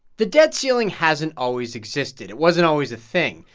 the debt ceiling hasn't always existed. it wasn't always a thing.